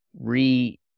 Re-